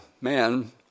man